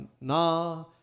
na